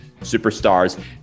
superstars